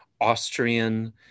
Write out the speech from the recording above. Austrian